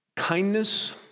Kindness